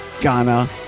Ghana